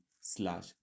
slash